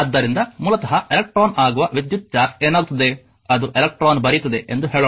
ಆದ್ದರಿಂದ ಮೂಲತಃ ಎಲೆಕ್ಟ್ರಾನ್ ಆಗುವ ವಿದ್ಯುತ್ ಚಾರ್ಜ್ ಏನಾಗುತ್ತದೆ ಅದು ಎಲೆಕ್ಟ್ರಾನ್ ಬರೆಯುತ್ತಿದೆ ಎಂದು ಹೇಳೋಣ